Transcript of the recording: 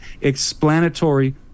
explanatory